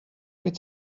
wyt